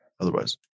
otherwise